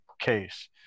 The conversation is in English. case